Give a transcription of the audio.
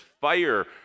fire